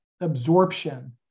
absorption